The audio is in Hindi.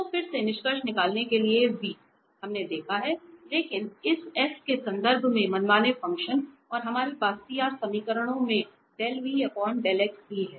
तो फिर से निष्कर्ष निकालने के लिए v हमने देखा है लेकिन इस F के संदर्भ में मनमाना फ़ंक्शन और हमारे पास CR समीकरणों से भी है